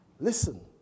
listen